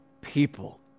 people